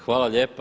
Hvala lijepa.